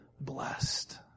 blessed